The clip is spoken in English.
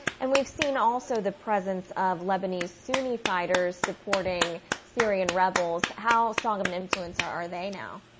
and we've seen also the presence of lebanese sunni fighters supporting syrian rebels. how strong of an influence are are they now?